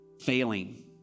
failing